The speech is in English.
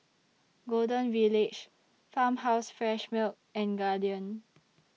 Golden Village Farmhouse Fresh Milk and Guardian